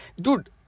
Dude